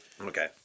Okay